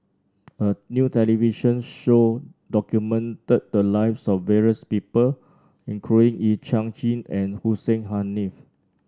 a new television show documented the lives of various people including Yee Chia Hsing and Hussein Haniff